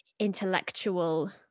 intellectual